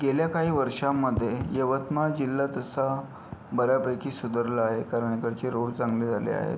गेल्या काही वर्षांमध्ये यवतमाळ जिल्हा तसा बऱ्यापैकी सुधारला आहे कारण इकडचे रोड चांगले झाले आहेत